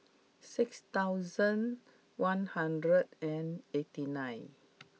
six thousand one hundred and eighty nine